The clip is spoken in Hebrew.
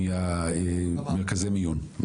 ממרכזי המיון.